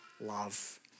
love